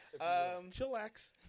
chillax